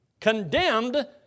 condemned